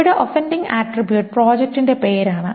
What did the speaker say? ഇവിടെ offending attribute പ്രോജക്റ്റിന്റെ പേരാണ്